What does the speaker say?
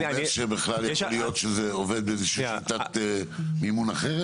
הוא אומר שיכול להיות שזה עובד לפי שיטת מימון אחרת.